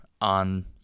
on